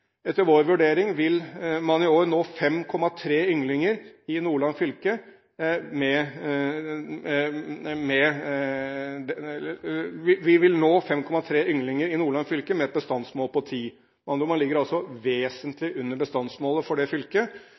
nå 5,3 ynglinger i Nordland fylke med et bestandsmål på ti. Med andre ord: Man ligger vesentlig under bestandsmålet for det fylket. Da har ikke rovviltnemnda i Nordland